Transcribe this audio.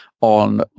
on